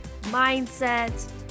mindset